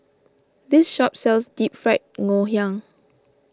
this shop sells Deep Fried Ngoh Hiang